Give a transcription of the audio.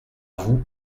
vous